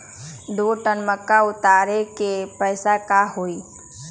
दो टन मक्का उतारे के पैसा का होई?